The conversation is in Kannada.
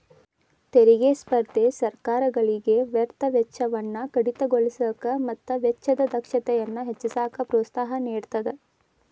ತೆರಿಗೆ ಸ್ಪರ್ಧೆ ಸರ್ಕಾರಗಳಿಗೆ ವ್ಯರ್ಥ ವೆಚ್ಚವನ್ನ ಕಡಿತಗೊಳಿಸಕ ಮತ್ತ ವೆಚ್ಚದ ದಕ್ಷತೆಯನ್ನ ಹೆಚ್ಚಿಸಕ ಪ್ರೋತ್ಸಾಹ ನೇಡತದ